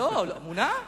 לא, מונה?